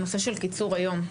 הנושא של קיצור היום.